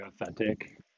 authentic